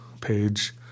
page